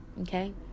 Okay